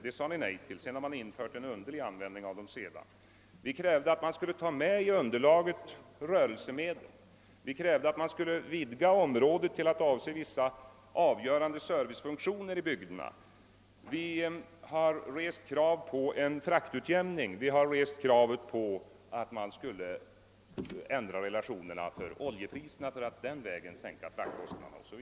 Det sade ni nej till, och nu har man infört en underlig användning av dem. Vi krävde att man i underlaget skulle ta med rörelsemedel, vi krävde att man skulle vidga området till att avse vissa avgörande servicefunktioner i bygderna, vi har rest krav på en fraktutjämning och vi har krävt att man skulle ändra relationerna för oljepriserna för att den vägen sänka fraktkostnaderna 0. S. V.